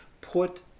put